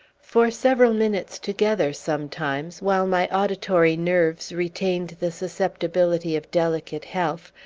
for several minutes together sometimes, while my auditory nerves retained the susceptibility of delicate health,